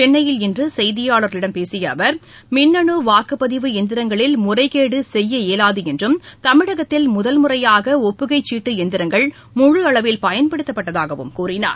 சென்னையில் இன்று செய்தியாளா்களிடம் பேசிய அவா் மின்னணு வாக்குப்பதிவு எந்திரங்களில் முறைகேடு செய்ய இயலாது என்றும் தமிழகத்தில் முதல் முறையாக ஒப்புகைச் சீட்டு எந்திரங்கள் முழு அளவில் பயன்படுத்தப்பட்டதாகக் கூறினார்